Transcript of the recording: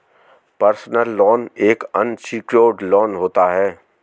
personal loan एक unsecured loan होता है